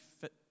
fit